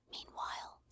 Meanwhile